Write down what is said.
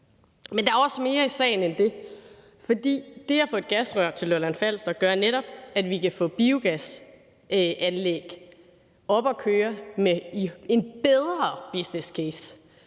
Men der er også mere i sagen end det, for det at få et gasrør til Lolland-Falster gør netop, at vi kan få biogasanlæg op at køre med en bedre businesscase,